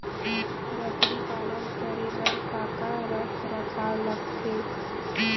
बकरी पालन करे बर काका रख रखाव लगथे?